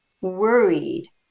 worried